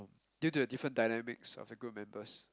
due to the different dynamics of the group members